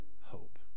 hope